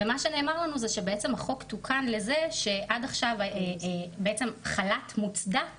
ומה שנאמר לנו זה שבעצם החוק תוקן לזה שעד עכשיו בעצם חל"ת מוצדק